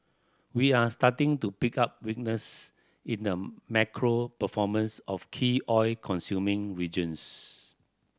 we are starting to pick up weakness in the macro performance of key oil consuming regions